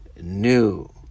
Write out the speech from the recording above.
new